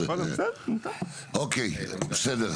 אוקיי, בסדר.